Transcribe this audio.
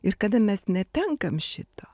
ir kada mes netenkam šito